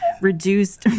reduced